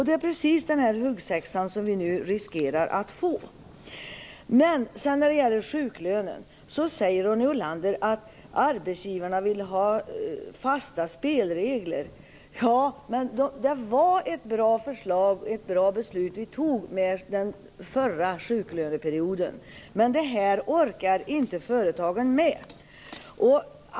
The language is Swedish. Det är precis den huggsexa som vi nu riskerar att få. När det gäller sjuklönen säger Ronny Olander att arbetsgivarna vill ha fasta spelregler. Det var ett bra beslut vi fattade om sjuklöneperioden förra gången, men detta beslut orkar företagen inte med.